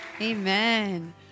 Amen